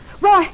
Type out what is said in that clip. Roy